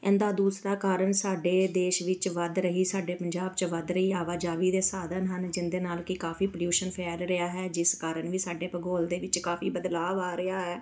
ਇਹਦਾ ਦੂਸਰਾ ਕਾਰਨ ਸਾਡੇ ਦੇਸ਼ ਵਿੱਚ ਵੱਧ ਰਹੀ ਸਾਡੇ ਪੰਜਾਬ 'ਚ ਵੱਧ ਰਹੀ ਆਵਾਜਾਵੀ ਦੇ ਸਾਧਨ ਹਨ ਜਿਹਦੇ ਨਾਲ ਕਿ ਕਾਫੀ ਪੋਲਿਊਸ਼ਨ ਫੈਲ ਰਿਹਾ ਹੈ ਜਿਸ ਕਾਰਨ ਵੀ ਸਾਡੇ ਭੂਗੋਲ ਦੇ ਵਿੱਚ ਕਾਫੀ ਬਦਲਾਵ ਆ ਰਿਹਾ ਹੈ